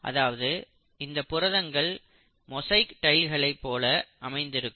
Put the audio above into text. அதாவது இந்தப் புரதங்கள் மொசைக் டைல்ஸ்களைப் போல அமைந்திருக்கும்